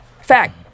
Fact